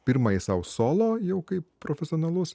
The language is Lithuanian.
pirmąjį sau solo jau kaip profesionalus